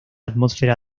atmósfera